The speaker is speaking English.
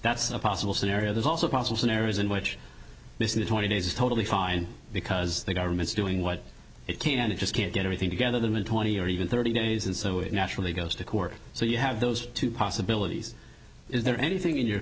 that's a possible scenario there's also possible scenarios in which this new twenty days is totally fine because the government's doing what it can and it just can't get everything together them in twenty or even thirty days and so it naturally goes to court so you have those two possibilities is there anything in your